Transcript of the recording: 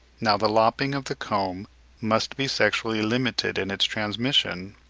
now the lopping of the comb must be sexually limited in its transmission,